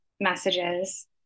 messages